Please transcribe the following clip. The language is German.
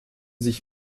sich